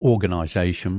organization